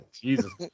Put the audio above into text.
Jesus